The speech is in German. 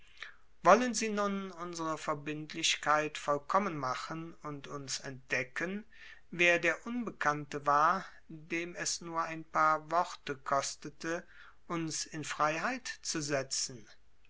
wollen sie nun unsere verbindlichkeit vollkommen machen und uns entdecken wer der unbekannte war dem es nur ein paar worte kostete uns in freiheit zu setzen